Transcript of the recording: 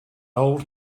old